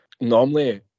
Normally